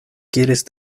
quieres